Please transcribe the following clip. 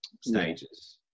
stages